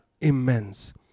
immense